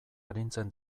arintzen